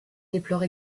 déplore